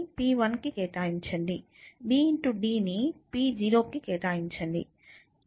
b × d ని p0కి కేటాయించండి